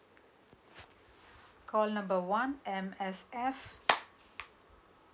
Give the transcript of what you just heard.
call number one M_S_F